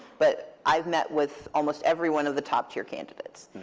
but i've met with almost every one of the top tier candidates.